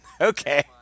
okay